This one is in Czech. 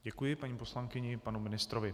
Děkuji paní poslankyni i panu ministrovi.